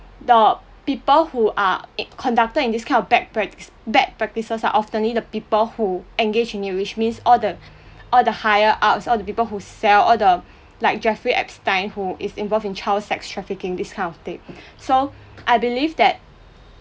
the people who are it conductor in this kind of bag practice bad practices are often-ly the people who engage in you which means all the all the higher-ups all the people who sell all the like jeffrey epstein who is involved in child sex trafficking this kind of thing so I believe that